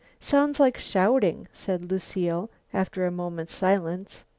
sounds like shouting, said lucile, after a moment's silence.